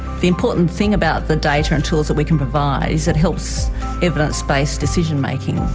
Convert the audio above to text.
the important thing about the data and tools that we can provide is it helps evidence-based decision making,